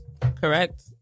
Correct